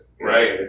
Right